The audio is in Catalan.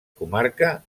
comarca